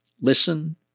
listen